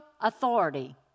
authority